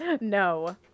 No